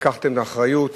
לקחתם אחריות